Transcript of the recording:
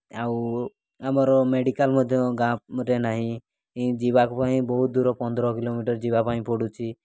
ଆଉ ଆମର ମେଡ଼ିକାଲ୍ ମଧ୍ୟ ଗାଁରେ ନାହିଁ ଯିବାକୁ ବହୁତ ଦୂର ପନ୍ଦର କିଲୋମିଟର୍ ଯିବା ପାଇଁ ପଡ଼ୁଛି